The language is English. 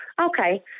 Okay